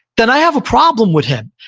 then i have a problem with him.